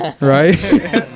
right